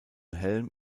helm